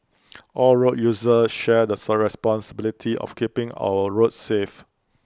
all road users share the responsibility of keeping our roads safe